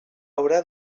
haurà